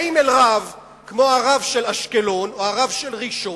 באים אל רב כמו הרב של אשקלון, או הרב של ראשון,